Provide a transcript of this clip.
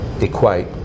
equate